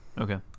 Okay